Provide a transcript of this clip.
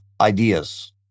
ideas